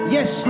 Yes